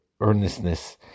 earnestness